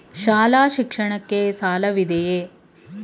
ಶಾಲಾ ಶಿಕ್ಷಣಕ್ಕೆ ಸಾಲವಿದೆಯೇ?